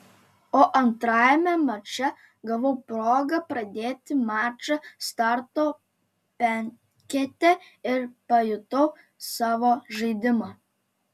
o antrajame mače gavau progą pradėti mačą starto penkete ir pajutau savo žaidimą